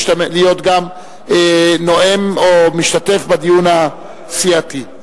להיות גם נואם או משתתף בדיון הסיעתי.